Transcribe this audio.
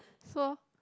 so